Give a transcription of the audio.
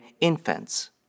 infants